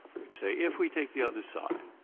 we'd say if we take the other side,